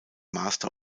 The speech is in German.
master